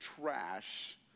trash